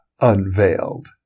Unveiled